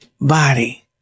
body